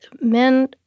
men